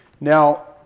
Now